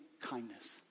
kindness